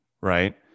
right